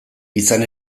izan